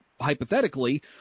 hypothetically –